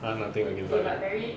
!huh! nothing against what